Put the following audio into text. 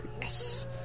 Yes